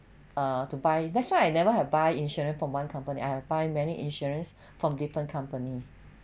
err to buy that's why I never have buy insurance from one company I have buy many insurance from different company